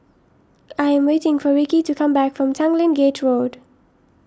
I am waiting for Rickey to come back from Tanglin Gate Road